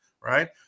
right